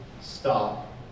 stop